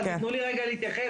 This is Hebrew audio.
תנו לי להתייחס,